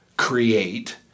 Create